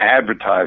advertise